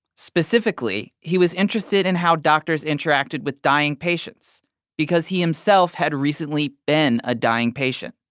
specifically he was interested in how doctors interacted with dying patients because he himself had recently been a dying patient.